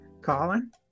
Colin